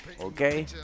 okay